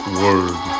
word